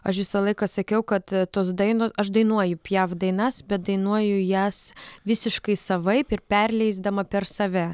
aš visą laiką sakiau kad tos dainos aš dainuoju piaf dainas bet dainuoju jas visiškai savaip ir perleisdama per save